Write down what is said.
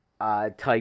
type